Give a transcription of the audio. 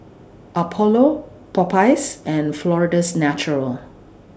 Apollo Popeyes and Florida's Natural